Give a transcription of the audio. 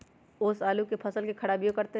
ओस आलू के फसल के खराबियों करतै?